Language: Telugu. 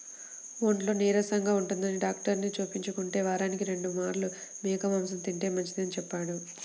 ఒంట్లో నీరసంగా ఉంటందని డాక్టరుకి చూపించుకుంటే, వారానికి రెండు మార్లు మేక మాంసం తింటే మంచిదని చెప్పారు